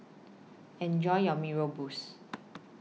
Enjoy your Mee Rebus